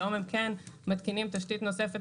היום הם כן מתקינים תשתית נוספת,